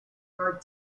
hard